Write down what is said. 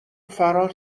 فرار